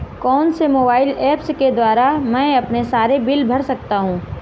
कौनसे mobile apps के द्वारा मैं अपने सारे बिल भर सकता हूं?